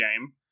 game